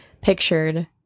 pictured